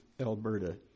Alberta